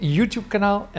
YouTube-kanaal